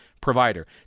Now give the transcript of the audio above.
provider